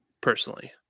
personally